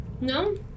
No